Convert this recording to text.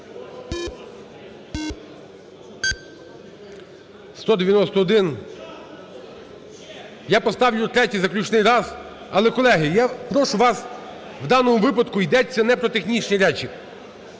За-191 Я поставлю третій, заключний раз. Але, колеги, я прошу вас, в даному випадку йдеться не про технічні речі.